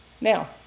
Now